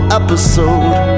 episode